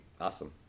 Awesome